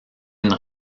une